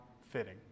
fitting